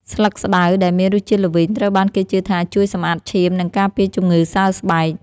ស្លឹកស្តៅដែលមានរសជាតិល្វីង ត្រូវបានគេជឿថាជួយសម្អាតឈាម និងការពារជំងឺសើស្បែក។